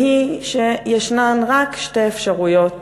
והיא שיש רק שתי אפשרויות